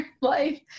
life